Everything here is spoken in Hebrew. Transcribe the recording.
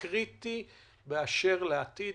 באשר לעתיד,